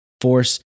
force